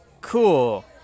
Cool